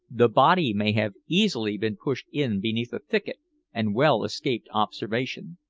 the body may have easily been pushed in beneath a thicket and well escape observation.